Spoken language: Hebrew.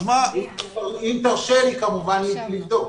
אם תרשה לי כמובן לבדוק.